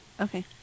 Okay